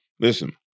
listen